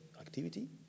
activity